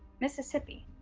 mississippi,